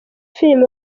filime